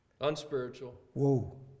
unspiritual